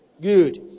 Good